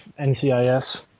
NCIS